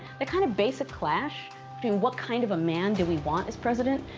kind of basic clash between what kind of a man did we want as president,